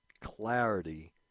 clarity